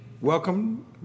welcome